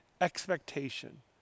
expectation